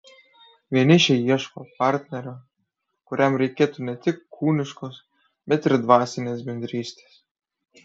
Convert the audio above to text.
vienišiai ieškos partnerio kuriam reikėtų ne tik kūniškos bet ir dvasinės bendrystės